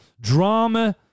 Drama